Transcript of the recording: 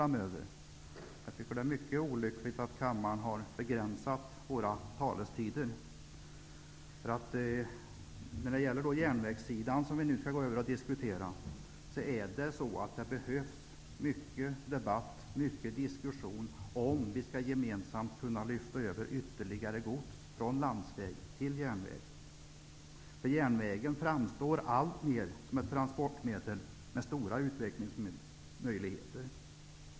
Jag tycker också att det är mycket olyckligt att kammaren har begränsat våra taletider. När det gäller järnvägssidan som vi nu skall debattera behövs det mycket diskussion om vi skall lyckas lyfta över ytterligare gods från landsväg till järnväg. Järnvägen framstår alltmer som ett transportmedel med stora utvecklingsmöjligheter.